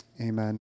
Amen